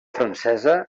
francesa